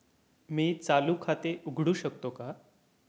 मी चालू खाते उघडू शकतो का?